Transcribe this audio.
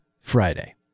Friday